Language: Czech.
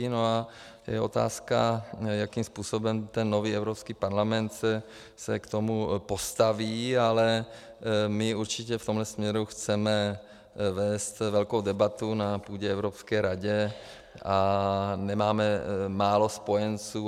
No a je otázka, jakým způsobem ten nový Evropský parlament se k tomu postaví, ale my určitě v tomhle směru chceme vést velkou debatu na půdě Evropské rady a nemáme málo spojenců.